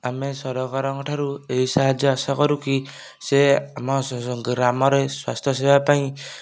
ଆମେ ସରକାରଙ୍କ ଠାରୁ ଏହି ସାହାଯ୍ୟ ଆଶା କରୁକି ସେ ଆମ ଗ୍ରାମରେ ସ୍ୱାସ୍ଥ୍ୟ ସେବା ପାଇଁ